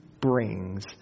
brings